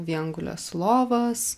viengules lovas